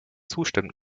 zustimmt